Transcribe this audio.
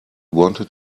wanted